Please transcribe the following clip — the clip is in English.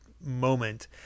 moment